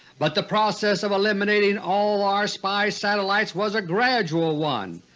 but the process of eliminating all our spy satellites was a gradual one,